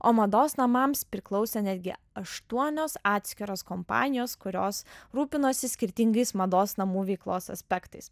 o mados namams priklausė netgi aštuonios atskiros kompanijos kurios rūpinosi skirtingais mados namų veiklos aspektais